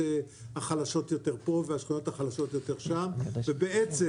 החלשות יותר פה והשכונות החלשות יותר שם ובעצם,